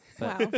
Wow